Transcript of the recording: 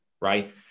right